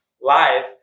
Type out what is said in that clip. live